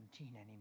anymore